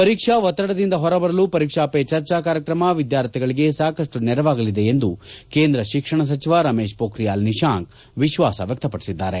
ಪರೀಕ್ಸಾ ಒತ್ತಡದಿಂದ ಹೊರಬರಲು ಪರೀಕ್ಸಾ ಪೇ ಚರ್ಚಾ ಕಾರ್ಯಕ್ರಮ ವಿದ್ಯಾರ್ಥಿಗಳಿಗೆ ಸಾಕಷ್ಸು ನೆರವಾಗಲಿದೆ ಎಂದು ಕೇಂದ್ರ ಶಿಕ್ಷಣ ಸಚಿವ ರಮೇಶ್ ಪೊಖ್ರಿಯಾಲ್ ನಿಶಾಂಕ್ ವಿಶ್ಲಾಸ ವ್ಯಕ್ತಪಡಿಸಿದ್ದಾರೆ